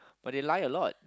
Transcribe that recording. but they lie a lot